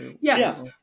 Yes